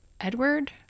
edward